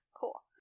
Cool